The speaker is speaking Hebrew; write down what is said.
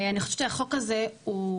אני חושבת שהחוק הזה הוא,